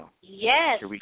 Yes